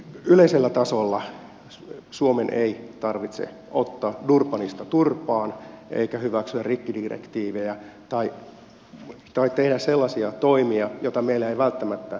yleisellä tasolla suomen ei tarvitse ottaa durbanista turpaan eikä hyväksyä rikkidirektiivejä tai tehdä sellaisia toimia joita meiltä ei välttämättä edellytetä